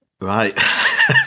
Right